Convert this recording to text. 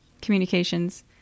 communications